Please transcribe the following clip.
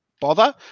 bother